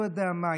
לא יודע מה,